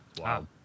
Wow